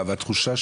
גם בהמשכי,